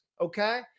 okay